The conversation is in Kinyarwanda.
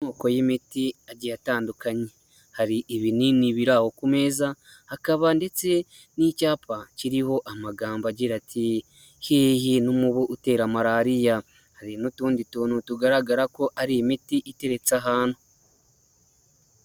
Amoko y'imiti agiye atandukanye, hari ibinini biri aho ku meza hakaba ndetse n'icyapa kiriho amagambo agira ati hehe n'umubu utera malariya? Hari n'utundi tuntu tugaragara ko ari imiti iteretse ahantu.